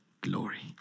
glory